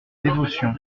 dévotion